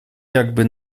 jakby